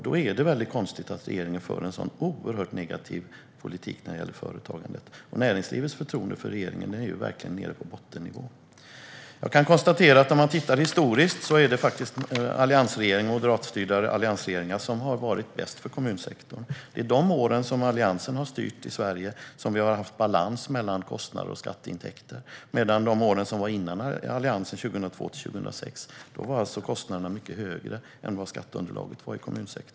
Då är det konstigt att regeringen för en sådan oerhört negativ politik när det gäller företagandet, och näringslivets förtroende för regeringen är nere på bottennivå. Historiskt har moderatstyrda alliansregeringar varit bäst för kommunsektorn. Under de år som Alliansen styrde Sverige hade vi balans mellan kostnader och skatteintäkter. Åren före Alliansen, 2002-2006, var kostnaderna i kommunsektorn mycket högre än skatteunderlaget.